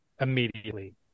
immediately